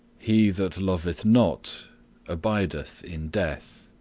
he that loveth not abideth in death.